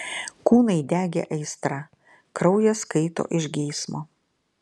kūnai degė aistra kraujas kaito iš geismo